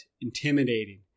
intimidating